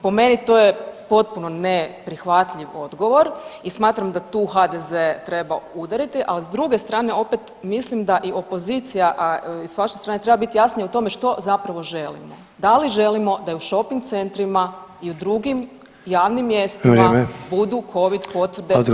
Po meni to je potpuno neprihvatljiv odgovor i smatram da tu HDZ treba udariti, ali s druge strane opet mislim da i opozicija, a i s vaše strane treba biti jasnije o tome što zapravo želimo, da li želimo da i u šoping centrima i u drugim javnim mjestima [[Upadica: Vrijeme]] budu covid potvrde, točka.